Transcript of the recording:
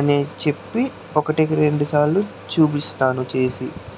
అని చెప్పి ఒకటికి రెండుసార్లు చూపిస్తాను చేసి